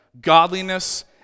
godliness